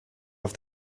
have